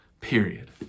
period